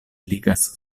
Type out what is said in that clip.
eligas